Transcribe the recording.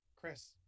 Chris